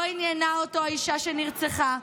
לא עניינה אותו האישה שנרצחה,